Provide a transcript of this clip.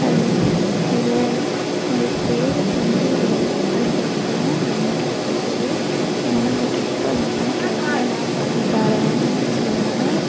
அது அதில் எங்களுக்கு ஃபேவரட் வந்து பால்கொழுக்கட்ட தான் எங்க அம்மாக்கிட்டே பிடிச்சது எங்கள் அம்மா உங்களுக்கு எப்போ வேணும்னாலும் கேளுங்கள் நான் பண்ணித் தாரேன் அப்படி சொல்வாங்க